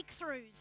breakthroughs